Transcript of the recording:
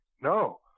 no